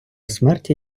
смерті